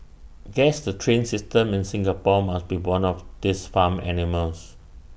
guess the train system in Singapore must be one of these farm animals